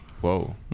Whoa